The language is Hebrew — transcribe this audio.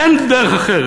אין דרך אחרת.